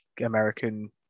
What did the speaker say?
American